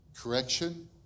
correction